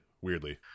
weirdly